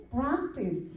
practice